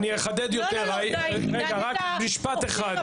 אני אחדד במשפט אחד.